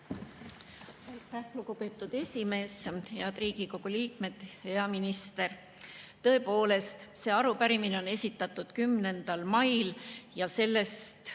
Lugupeetud esimees! Head Riigikogu liikmed! Hea minister! Tõepoolest, see arupärimine on esitatud 10. mail ja sellest